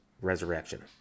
resurrection